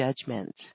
judgment